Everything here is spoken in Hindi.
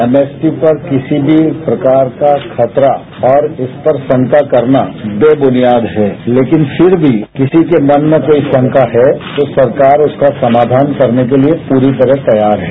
एमएसपी पर किसी भी प्रकार का खतरा और उस पर शंका करना बेबुनियाद है लेकिन फिर भी किसी के मन में कोई शंका है तो सरकार उसका समाधान करने के लिए पूरी तरह तैयार है